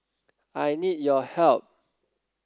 I need your help